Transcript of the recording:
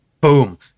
Boom